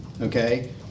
okay